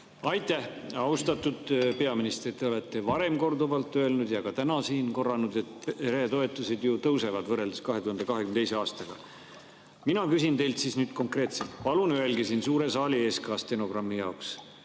Aitäh! Austatud peaminister! Te olete varem korduvalt öelnud ja ka täna siin korranud, et peretoetused tõusevad võrreldes 2022. aastaga. Mina küsin teilt konkreetselt, palun öelge siin suure saali ees ka stenogrammi jaoks: